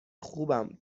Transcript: خوبم